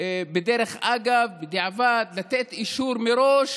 בדרך אגב, בדיעבד, לתת אישור מראש